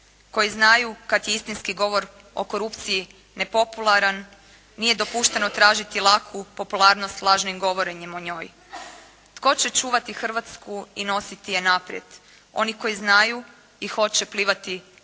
koji znaju kada je istinski govor o korupciji ne popularan, nije dopušteno tražiti laku popularnost, lažnim govorenjem o njoj. Tko će čuvati Hrvatsku i nositi je naprijed? Oni koji znaju i hoće plivati protiv